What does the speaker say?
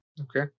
okay